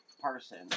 person